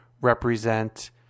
represent